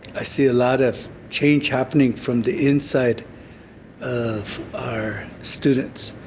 i see a lot of change happening from the inside of our students.